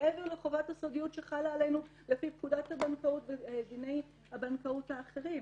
מעבר לחובת הסודיות שחלה עלינו לפי פקודת הבנקאות ודיני הבנקאות האחרים.